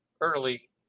early